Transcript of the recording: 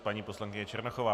Paní poslankyně Černochová.